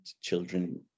children